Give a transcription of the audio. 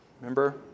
remember